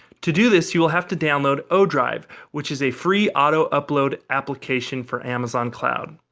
to do this you will have to download o-drive which is a free auto upload application for amazon cloud.